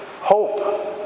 hope